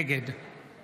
נגד